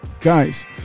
Guys